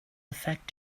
affect